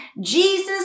Jesus